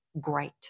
great